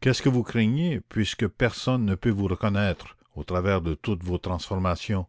qu'est-ce que vous craignez puisque personne ne peut vous reconnaître au travers de toutes vos transformations